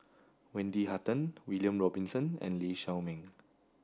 Wendy Hutton William Robinson and Lee Shao Meng